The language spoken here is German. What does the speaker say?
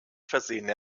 versehene